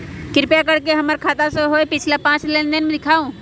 कृपा कर के हमर खाता से होयल पिछला पांच लेनदेन दिखाउ